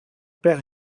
père